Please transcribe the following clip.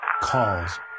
Calls